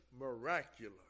miraculous